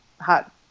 hot